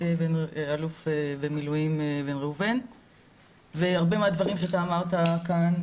האלוף במילואים בן ראובן והרבה מהדברים שאתה אמרת כאן,